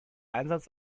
einsatz